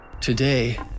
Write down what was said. Today